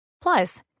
Plus